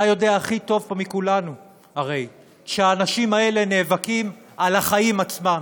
אתה יודע הכי טוב פה מכולנו הרי שהאנשים האלה נאבקים על החיים עצמם.